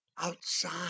outside